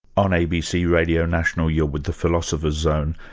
on abc radio national, you're with the philosopher's zone,